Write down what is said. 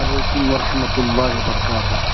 وعلیکم و رحمتہ اللّہ وبرکاتہ